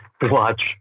watch